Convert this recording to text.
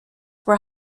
were